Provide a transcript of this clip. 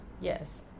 Yes